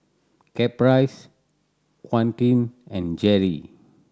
Caprice Quentin and Jerry